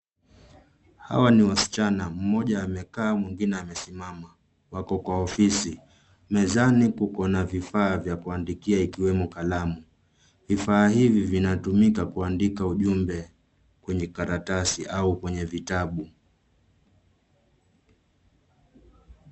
Hawa ni wasichana moja amekaa mwingine amesimama wako kwa ofisi, mezani kuko na vifaa vya kuandikia ikiwemo kalamu, vifaa hivi vinatumika kuandikia ujumbe kwenye karatasi au kwenye vitabu.